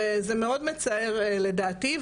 וזה מאוד מצער לדעתי,